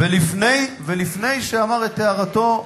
ולפני שאמר את הערתו,